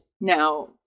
now